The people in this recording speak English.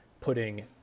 putting